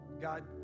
God